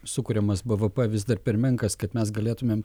sukuriamas b v p vis dar per menkas kad mes galėtumėm